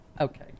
Okay